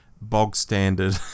bog-standard